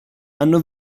hanno